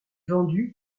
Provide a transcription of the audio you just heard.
vendue